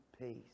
peace